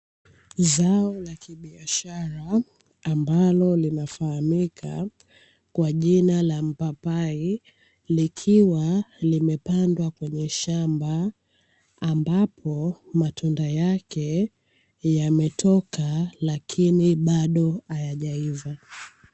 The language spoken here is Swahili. Zao la kibiashara ambalo linafahamika kwa jina la mpapai likiwa limepandwa kwenye shamba ambapo matunda yake yametoka lakini bado hayajaiva.